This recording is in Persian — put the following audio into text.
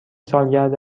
سالگرد